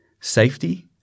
safety